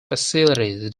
facilities